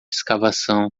escavação